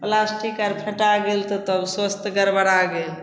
plastic आर फेटा गेल तब स्वस्थ गड़बड़ा गेल